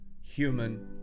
human